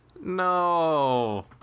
no